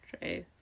True